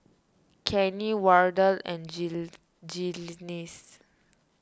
Kenny Wardell and Gly nis